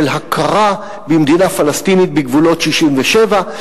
של הכרה במדינה פלסטינית בגבולות 67',